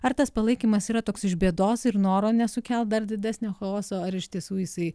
ar tas palaikymas yra toks iš bėdos ir noro nesukelt dar didesnio chaoso ar iš tiesų jisai